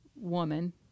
woman